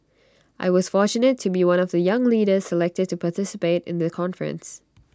I was fortunate to be one of the young leaders selected to participate in the conference